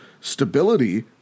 stability